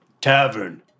Tavern